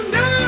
no